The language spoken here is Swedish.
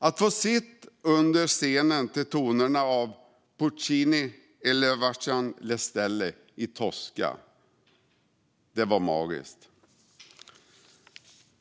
Att få sitta under scenen och höra tonerna av Puccinis E lucevan le stelle ur Tosca var magiskt.